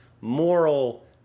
moral